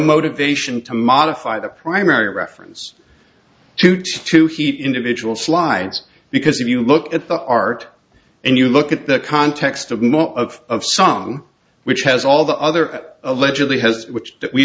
motivation to modify the primary reference to try to keep individual slides because if you look at the art and you look at the context of most of the song which has all the other allegedly has which